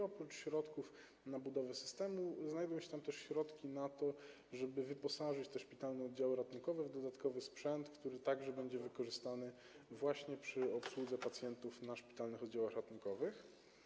Oprócz środków na budowę systemu znajdują się tam też środki na to, żeby wyposażyć szpitalne oddziały ratunkowe w dodatkowy sprzęt, który także będzie wykorzystany przy obsłudze pacjentów na szpitalnych oddziałach ratunkowych.